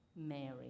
Mary